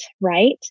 right